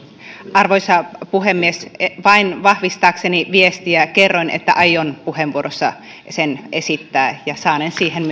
arvoisa puhemies vain vahvistaakseni viestiä kerroin että aion puheenvuorossa sen esittää ja saanen siihen